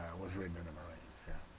was written in the marines, yeah.